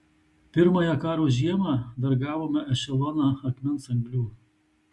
pirmąją karo žiemą dar gavome ešeloną akmens anglių